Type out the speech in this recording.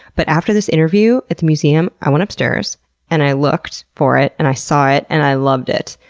but, after this interview at the museum, i went upstairs and i looked for it, and i saw it, and i loved it.